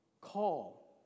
call